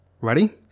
Ready